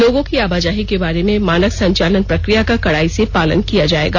लोगों की आवाजाही के बारे में मानक संचालन प्रक्रिया का कड़ाई से पालन किया जाएगा